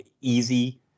easy